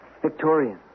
Victorian